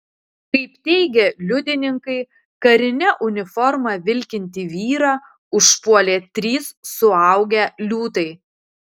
kaip teigia liudininkai karine uniforma vilkintį vyrą užpuolė trys suaugę liūtai